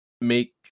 make